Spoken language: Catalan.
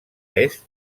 est